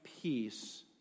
peace